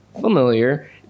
familiar